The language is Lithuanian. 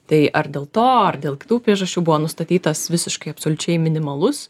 tai ar dėl to ar dėl kitų priežasčių buvo nustatytas visiškai absoliučiai minimalus